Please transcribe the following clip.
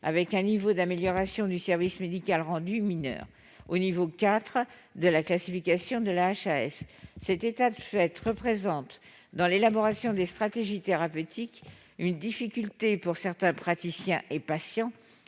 avec un niveau d'amélioration du service médical rendu (ASMR) mineur, au niveau IV de la classification de la HAS. Cet état de fait représente, dans l'élaboration des stratégies thérapeutiques, une difficulté pour certains praticiens et patients